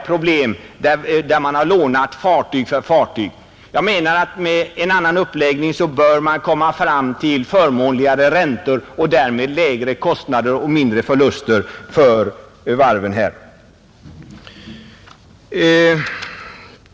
Med en annan uppläggning bör vi komma fram till förmånligare räntor och därmed lägre kostnader och mindre förluster för varven.